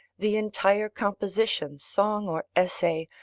the entire composition, song, or essay,